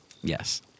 yes